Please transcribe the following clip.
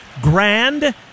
grand